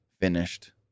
finished